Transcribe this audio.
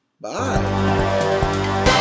Bye